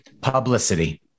publicity